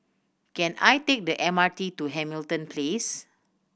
can I take the M R T to Hamilton Place